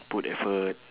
put effort